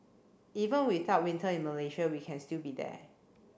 even without winter in Malaysia we can still be there